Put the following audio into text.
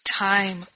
Time